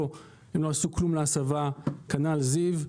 והם לא עשו עדין כלום להסבה וכנ"ל בזיו.